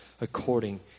according